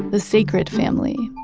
the sacred family.